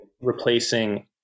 replacing